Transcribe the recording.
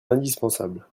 indispensable